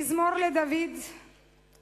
מזמור לדוד ה'